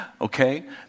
Okay